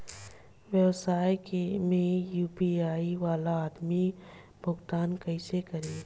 व्यवसाय में यू.पी.आई वाला आदमी भुगतान कइसे करीं?